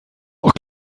noch